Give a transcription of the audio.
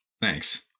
thanks